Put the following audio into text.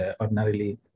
ordinarily